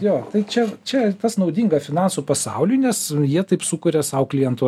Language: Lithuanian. jo tai čia čia tas naudinga finansų pasauliui nes jie taip sukuria sau klientų